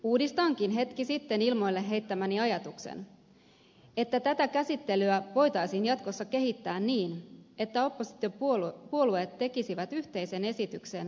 uudistankin hetki sitten ilmoille heittämäni ajatuksen että tätä käsittelyä voitaisiin jatkossa kehittää niin että oppositiopuolueet tekisivät yhteisen esityksen vaihtoehtobudjetistaan